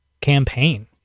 campaign